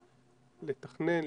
לתכנן,